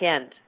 end